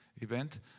event